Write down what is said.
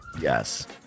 Yes